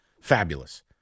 fabulous